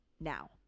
now